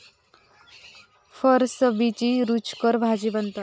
फरसबीची रूचकर भाजी बनता